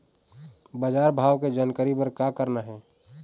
बजार भाव के जानकारी बर का करना हे?